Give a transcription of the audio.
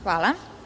Hvala.